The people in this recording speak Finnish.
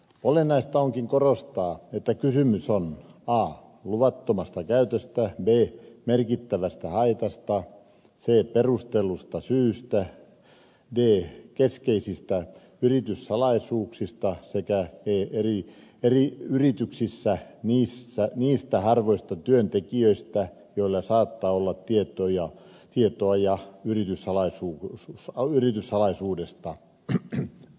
olennaista onkin korostaa että kysymys on a luvattomasta käytöstä b merkittävästä haitasta c perustellusta syystä d keskeisistä yrityssalaisuuksista sekä e eri yrityksissä niistä harvoista työntekijöistä joilla saattaa olla tietoja yrityssalaisuudesta